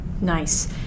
Nice